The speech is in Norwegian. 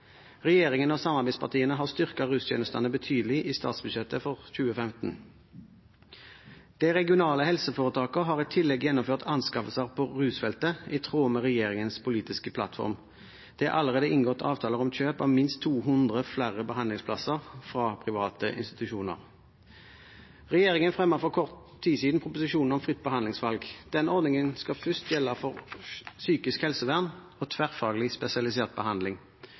Regjeringen og samarbeidspartiene har styrket rustjenestene betydelig i statsbudsjettet for 2015. De regionale helseforetakene har i tillegg gjennomført anskaffelser på rusfeltet, i tråd med regjeringens politiske plattform. Det er allerede inngått avtaler om kjøp av minst 200 flere behandlingsplasser fra private institusjoner. Regjeringen fremmet for kort tid siden proposisjonen om fritt behandlingsvalg. Denne ordningen skal først gjelde for psykisk helsevern og tverrfaglig spesialisert behandling.